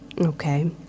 Okay